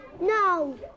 No